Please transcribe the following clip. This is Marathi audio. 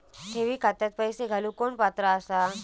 ठेवी खात्यात पैसे घालूक कोण पात्र आसा?